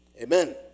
Amen